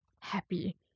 happy